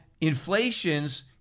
inflation's